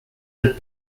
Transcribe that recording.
had